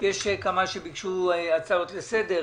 יש כמה חברי כנסת שביקשו הצעות לסדר.